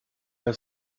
der